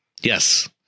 Yes